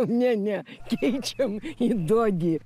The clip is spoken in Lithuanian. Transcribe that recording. ne ne keičiam į dodį